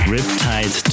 Riptide